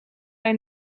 bij